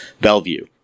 Bellevue